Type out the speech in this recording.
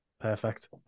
perfect